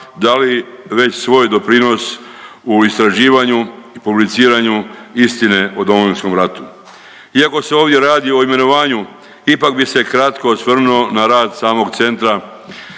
dali već svoj doprinos u istraživanju i publiciranju istine o Domovinskom ratu. Iako se ovdje radi o imenovanju ipak bih se kratko osvrnuo na rad samog centra.